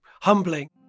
humbling